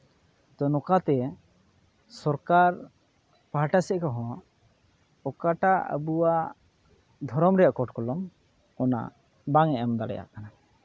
ᱛᱳ ᱱᱚᱝᱠᱟᱛᱮ ᱥᱚᱨᱠᱟᱨ ᱯᱟᱦᱴᱟ ᱥᱮᱫ ᱠᱷᱚᱡ ᱦᱚᱸ ᱚᱠᱟᱴᱟᱜ ᱟᱵᱚᱣᱟᱜ ᱫᱷᱚᱨᱚᱢ ᱨᱮᱭᱟᱜ ᱠᱳᱰ ᱠᱚᱞᱚᱢ ᱚᱱᱟ ᱵᱟᱝ ᱮ ᱮᱢ ᱫᱟᱲᱮᱭᱟᱜ ᱠᱟᱱᱟ